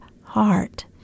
heart